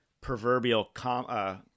proverbial